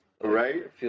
Right